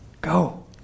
Go